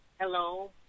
Hello